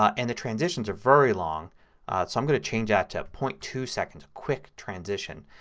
ah and the transitions are very long so i'm going to change that to point two seconds, a quick transition.